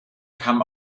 kamen